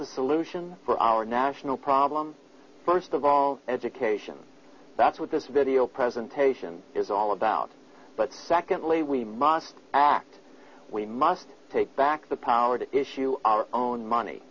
the solution for our national problem first of all education that's what this video presentation is all about but secondly we must act we must take back the power to issue our own money